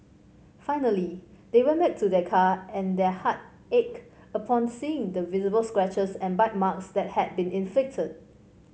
finally they went back to their car and their heart ached upon seeing the visible scratches and bite marks that had been inflicted